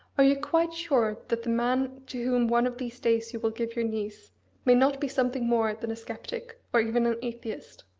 are you quite sure that the man to whom one of these days you will give your niece may not be something more than a sceptic, or even an atheist?